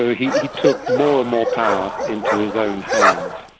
ah he took more and more power into his own hands.